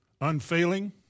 unfailing